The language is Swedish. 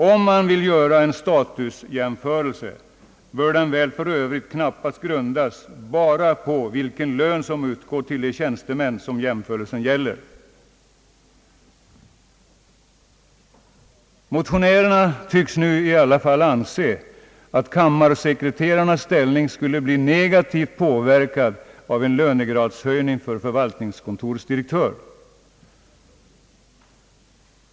Om man vill göra en statusjämförelse bör den väl för övrigt knappast grundas bara på vilken lön som utgår till de tjänstemän som jämförelsen gäller. Motionärerna tycks nu i alla fall anse, att kammarsekreterarnas ställning skulle bli negativt påverkad av en lönegradshöjning för förvaltningskontorets direktör.